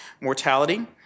mortality